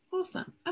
Awesome